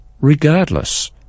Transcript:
regardless